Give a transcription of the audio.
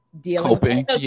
dealing